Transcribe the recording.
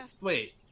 wait